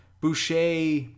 Boucher